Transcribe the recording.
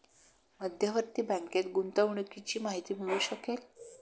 मध्यवर्ती बँकेत गुंतवणुकीची माहिती मिळू शकेल